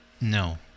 no